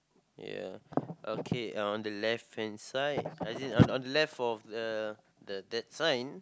ya okay on the left hand side as in on on the left of the the that sign